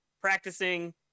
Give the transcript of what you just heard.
practicing